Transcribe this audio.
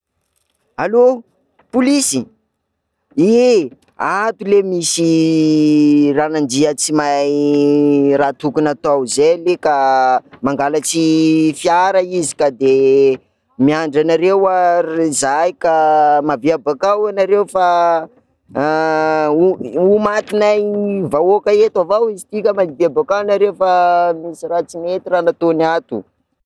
Allô! Polisy, ie, ato ley misy ranandria tsy mahay raha tokony atao zay ley ka mangalatry fiara izy ka de miandry anareo ar- zahay ka miavia bakao ianareo fa ho- ho matinay vahoaka eto avao izy ty ngambany de bakao nareo fa misy raha tsy mety raha nataony ato.